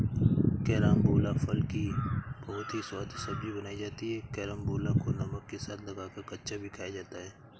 carambola फल की बहुत ही स्वादिष्ट सब्जी बनाई जाती है कैरमबोला को नमक के साथ लगाकर कच्चा भी खाया जाता है